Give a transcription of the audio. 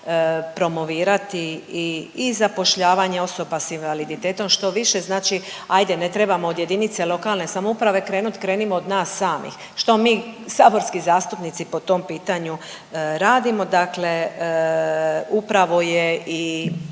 promovirati i zapošljavanje osoba s invaliditetom što više, znači ajde ne trebamo od JLS krenut, krenimo od nas samih, što mi saborski zastupnici po tom pitanju radimo. Dakle upravo je i